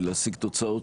להשיג תוצאות.